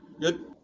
good